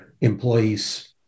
employees